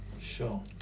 Sure